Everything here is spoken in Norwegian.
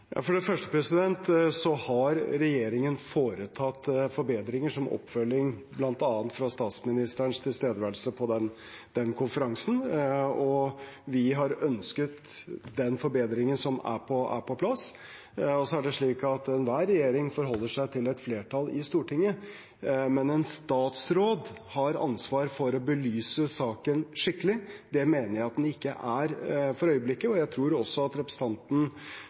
For det første har regjeringen foretatt forbedringer som oppfølging bl.a. fra statsministerens tilstedeværelse på den konferansen, og vi har ønsket den forbedringen som er på plass. Så er det slik at enhver regjering forholder seg til et flertall i Stortinget, men en statsråd har ansvar for å belyse saken skikkelig. Det mener jeg den ikke er for øyeblikket. Jeg tror også at representanten